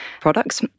products